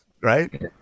right